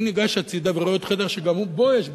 אני ניגש הצדה ורואה עוד חדר שגם בו יש בלטות,